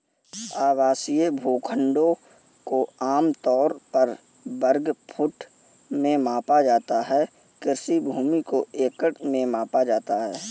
आवासीय भूखंडों को आम तौर पर वर्ग फुट में मापा जाता है, कृषि भूमि को एकड़ में मापा जाता है